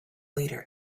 leader